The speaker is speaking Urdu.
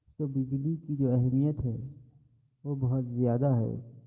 تو بجلی کی جو اہمیت ہے وہ بہت زیادہ ہے